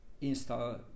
install